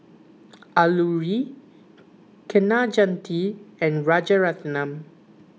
Alluri Kaneganti and Rajaratnam